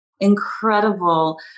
Incredible